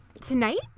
Tonight